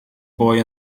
boy